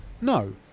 no